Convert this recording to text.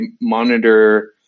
monitor